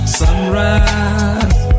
sunrise